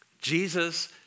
Jesus